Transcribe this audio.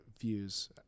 views